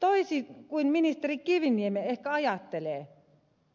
toisin kuin ministeri kiviniemi ehkä ajattelee